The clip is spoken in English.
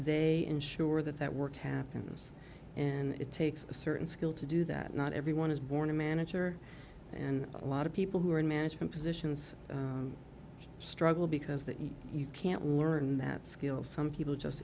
they ensure that that work happens and it takes a certain skill to do that not everyone is born a manager and a lot of people who are in management positions struggle because that you you can't learn that skill some people just